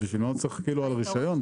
למה הוא צריך לשלם פעמיים על רישיון?